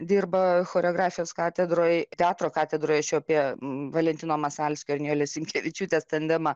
dirba choreografijos katedroj teatro katedroj aš jau apie valentino masalskio ir nijolės sinkevičiūtės tandemą